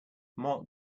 mark